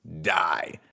die